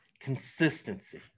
consistency